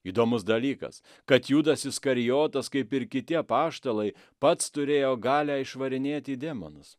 įdomus dalykas kad judas iskarijotas kaip ir kiti apaštalai pats turėjo galią išvarinėti demonus